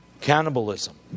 Cannibalism